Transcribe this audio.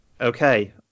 Okay